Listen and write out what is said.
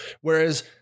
Whereas